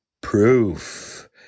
proof